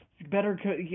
Better